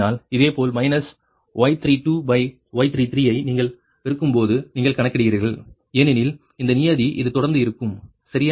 இதேபோல் minus Y32Y33 ஐ நீங்கள் பெருக்கும்போது நீங்கள் கணக்கிடுகிறீர்கள் ஏனெனில் இந்த நியதி இது தொடர்ந்து இருக்கும் சரியா